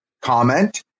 comment